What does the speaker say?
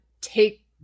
take